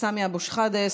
סמי אבו שחאדה,